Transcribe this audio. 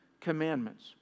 commandments